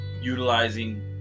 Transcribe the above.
utilizing